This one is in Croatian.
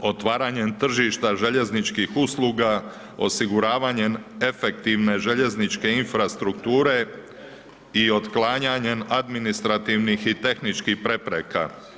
Otvaranjem tržišta željezničkih usluga, osiguravanjem efektivne željezničke infrastrukture i otklanjanjem administrativnih i tehničkih prepreka.